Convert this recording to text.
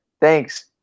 thanks